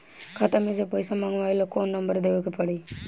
खाता मे से पईसा मँगवावे ला कौन नंबर देवे के पड़ी?